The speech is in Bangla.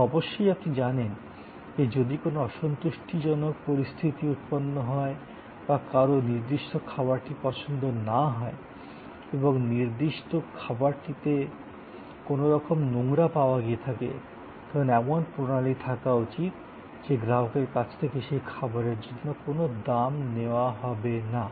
এবং অবশ্যই আপনি জানেন যে যদি কোনও অসন্তুষ্টিজনক পরিস্থিতি উৎপন্ন হয় বা কারও নির্দিষ্ট খাবারটি পছন্দ না হয় এবং নির্দিষ্ট খাবারটিতে কোনওরকম নোংরা পাওয়া গিয়ে থাকে তখন এমন প্রণালী থাকা উচিত যে গ্রাহকের কাছ থেকে সেই খাবারের জন্য কোনো দাম নেওয়া হবে না